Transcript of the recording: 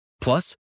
Plus